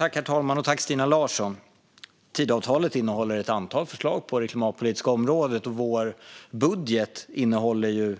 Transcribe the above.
Herr talman! Tidöavtalet innehåller ett antal förslag på det klimatpolitiska området, och vår budget innehåller